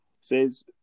says